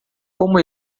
como